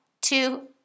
two